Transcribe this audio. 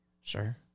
Sure